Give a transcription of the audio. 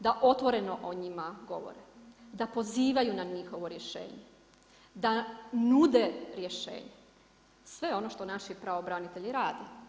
Da otvoreno o njima govori, da pozivaju na njihovo rješenje, da nude rješenje, sve ono što naši pravobranitelji rade.